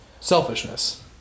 selfishness